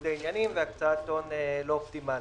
ניגודי עניינים והקצאת הון לא אופטימאלית.